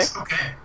okay